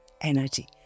energy